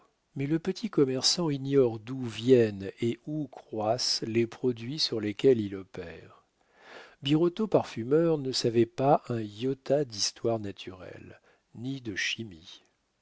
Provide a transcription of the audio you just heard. mais le petit commerçant ignore d'où viennent et où croissent les produits sur lesquels il opère birotteau parfumeur ne savait pas un iota d'histoire naturelle ni de chimie